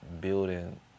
building